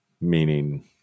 Meaning